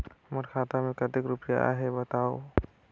मोर खाता मे कतेक रुपिया आहे बताव?